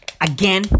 Again